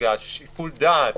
שיקול דעת,